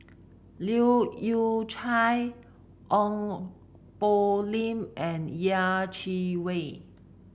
Leu Yew Chye Ong Poh Lim and Yeh Chi Wei